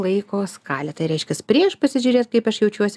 laiko skalę tai reiškias prieš pasižiūrėt kaip aš jaučiuos